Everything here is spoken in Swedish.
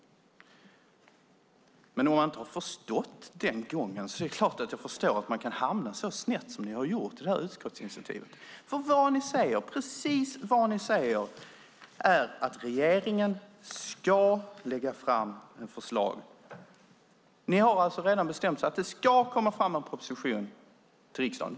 Om man inte har förstått den gången är det klart att jag förstår att man kan hamna så snett som ni har gjort i detta utskottsinitiativ. Vad ni säger är nämligen att regeringen ska lägga fram ett förslag. Ni har alltså redan bestämt er för att det ska komma fram en proposition till riksdagen.